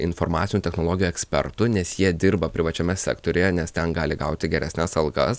informacinių technologijų ekspertų nes jie dirba privačiame sektoriuje nes ten gali gauti geresnes algas